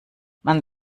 man